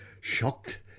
shocked